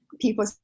people